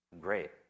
Great